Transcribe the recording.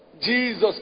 Jesus